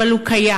אבל הוא קיים,